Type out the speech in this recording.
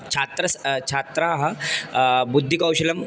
छात्रस्य छात्राः बुद्धिकौशलं